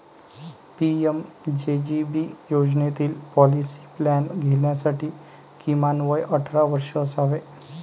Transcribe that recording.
PMJJB योजनेतील policy plan घेण्यासाठी किमान वय अठरा वर्षे असावे